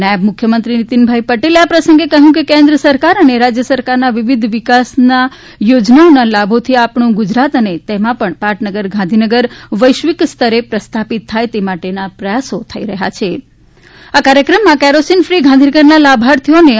નાયબ મુખ્યમંત્રીશ્રી નીતિનભાઇ પટેલે કહ્યું કે કેન્દ્ર સરકાર અને રાજ્ય સરકારના વિવિધ વિકાસ યોજનાઓના લાભોથી આપણું ગુજરાત અને તેમાં પણ પાટનગર ગાંધીનગર વૈશ્વિક સ્તરે પ્રસ્થાપિત થાય એ માટેના પ્રયાસો થઇ રહ્યા છે આ કાર્યક્રમમાં કેરોસીન ફ્રી ગાંધીનગરના લાભાર્થીઓને રૂ